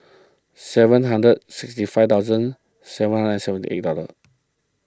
seven hundred sixty five thousand seven hundred and seventy eight dollar